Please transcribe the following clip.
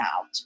out